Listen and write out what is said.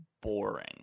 boring